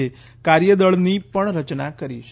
એ કાર્યદળની પણ રચના કરી છે